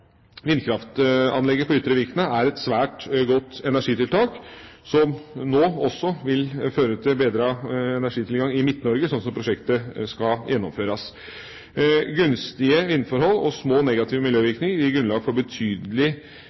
Vindkraftanlegget på Ytre Vikna er et svært godt energitiltak, som nå også vil føre til bedret energitilgang i Midt-Norge, slik som prosjektet skal gjennomføres. Gunstige vindforhold og små negative miljøvirkninger gir grunnlag for betydelig